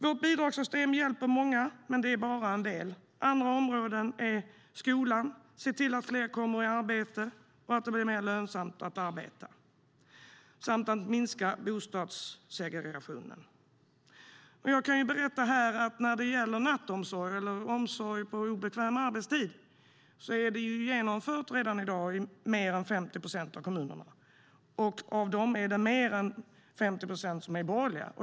Vårt bidragssystem hjälper många, men det är bara en del. Andra områden är skolan, se till att fler kommer i arbete och att det blir mer lönsamt att arbeta samt att minska bostadssegregationen. Jag kan berätta att nattomsorg eller omsorg på obekväm arbetstid är genomförd redan i dag i mer än 50 procent av kommunerna. Av dem är mer än 50 procent borgerliga.